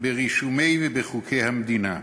ברישומי ובחוקי המדינה.